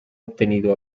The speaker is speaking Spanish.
obtenido